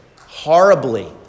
horribly